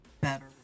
better